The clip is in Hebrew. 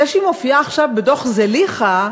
זה שהיא מופיעה עכשיו בדוח זליכה,